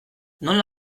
nola